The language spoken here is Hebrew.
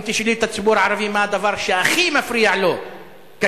אם תשאלי את הציבור הערבי מה הדבר שהכי מפריע לו כיום,